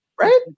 Right